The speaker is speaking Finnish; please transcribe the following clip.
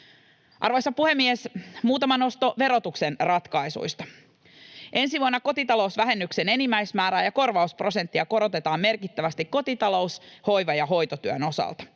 Arvoisa puhemies! Muutama nosto verotuksen ratkaisuista: Ensi vuonna kotitalousvähennyksen enimmäismäärää ja korvausprosenttia korotetaan merkittävästi kotitalous-, hoiva- ja hoitotyön osalta.